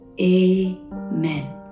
amen